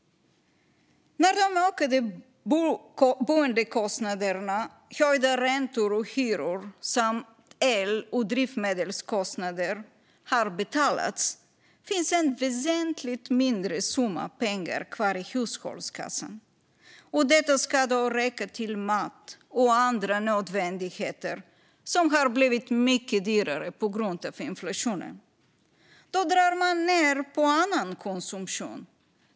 När de ökade boendekostnaderna, höjda räntor och hyror samt el och drivmedelskostnader har betalats finns en väsentligt mindre summa pengar kvar i hushållskassan. Detta ska räcka till mat och andra nödvändigheter som har blivit mycket dyrare på grund av inflationen. Då drar man ned på annan konsumtion.